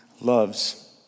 loves